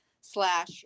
slash